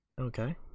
Okay